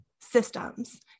systems